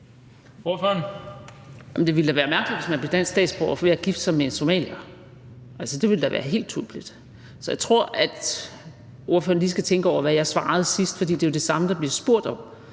Det ville da være mærkeligt, hvis man blev dansk statsborger ved at gifte sig med en somalier – altså, det ville da være helt tåbeligt. Så jeg tror, at ordføreren lige skal tænke over, hvad jeg svarede sidst, for det er jo det samme, der bliver spurgt om.